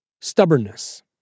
stubbornness